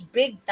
big